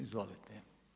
Izvolite.